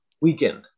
weekend